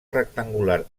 rectangular